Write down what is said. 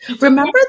Remember